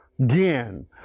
again